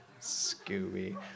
Scooby